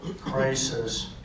crisis